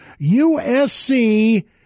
USC